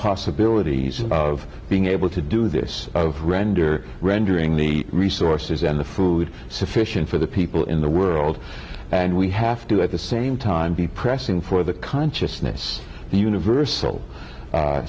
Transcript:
possibilities of being able to do this render rendering the resources and the food sufficient for the people in the world and we have to at the same time be pressing for the consciousness and univers